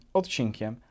odcinkiem